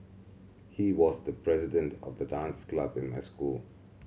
he was the president of the dance club in my school